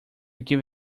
give